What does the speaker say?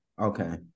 Okay